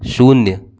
शून्य